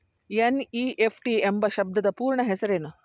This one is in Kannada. ಎನ್.ಇ.ಎಫ್.ಟಿ ಎಂಬ ಶಬ್ದದ ಪೂರ್ಣ ಹೆಸರೇನು?